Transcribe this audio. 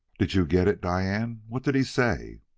did you get it, diane? what did he say?